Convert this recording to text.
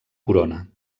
corona